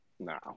No